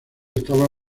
estaba